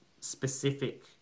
specific